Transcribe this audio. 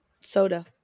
soda